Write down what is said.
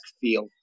feel